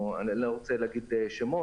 אני לא רוצה להגיד שמות,